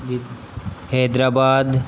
Delhi Hyderabad